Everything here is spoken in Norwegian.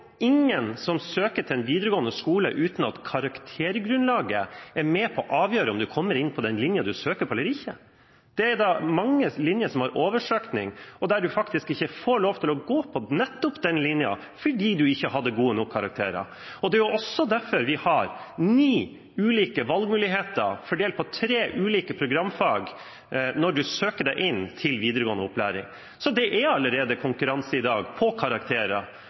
ingen som søker til en videregående skole uten at karaktergrunnlaget er med på å avgjøre om man kommer inn på den linja man søker på eller ikke. Det er mange linjer som har oversøkning, og der man faktisk ikke får lov til å gå på nettopp den linja fordi man ikke har gode nok karakterer, og det er også derfor vi har ni ulike valgmuligheter fordelt på tre ulike programfag når man søker seg inn til videregående opplæring. Så det er allerede konkurranse i dag på karakterer,